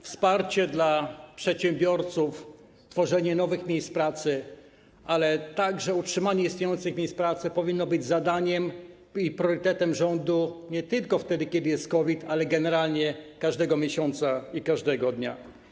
Wsparcie dla przedsiębiorców, tworzenie nowych miejsc pracy, a także utrzymanie istniejących miejsc pracy powinno być zadaniem i priorytetem rządu nie tylko wtedy, kiedy jest COVID, ale generalnie każdego miesiąca i każdego dnia.